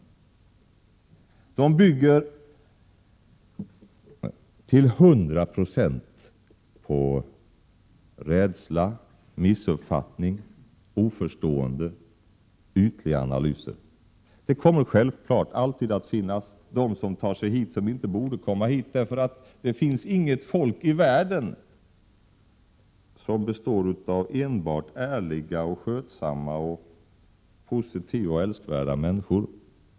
De bygger till hundra procent på rädsla, missuppfattning, bristande förståelse och ytliga analyser. Självfallet kommer alltid även sådana personer att ta sig hit som inte borde göra det. Inget folk i världen består ju av enbart ärliga, skötsamma, positiva och älskvärda människor.